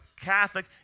Catholic